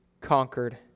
conquered